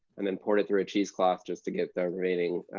and then poured it through a cheesecloth just to get the remaining